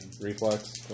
reflex